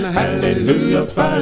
hallelujah